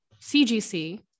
CGC